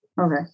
Okay